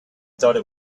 thought